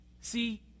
See